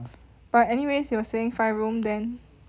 but anyways you were saying five room then